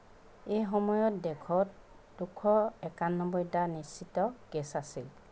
এই সময়ত দেশত দুশ একানব্বৈটা নিশ্চিত কেছ আছিল